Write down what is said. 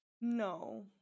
no